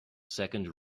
second